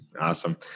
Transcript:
Awesome